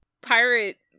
Pirate